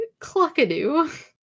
cluckadoo